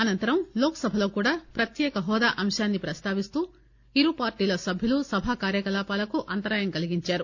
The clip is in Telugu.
అనంతరం లోక్ సభలో కూడా ప్రత్యేక హోదా అంశాన్ని ప్రస్తావిస్తూ ఇరుపార్టీల సభ్యులు సభా కార్యకలాపాలకు అంతరాయం కలిగించారు